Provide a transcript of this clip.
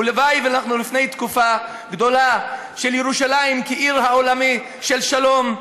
ולוואי שאנחנו לפני תקופה גדולה של ירושלים כעיר העולמית של שלום,